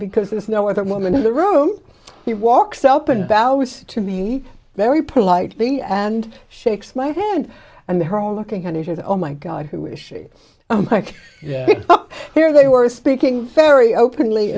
because there's no other woman in the room he walks up and bows to be very polite and shakes my hand and they're all looking at it oh my god who is she up there they were speaking very openly